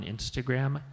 Instagram